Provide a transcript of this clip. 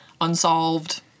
unsolved